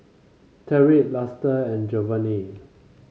Tyrik Luster and Jovanny